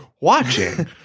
watching